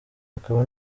akaba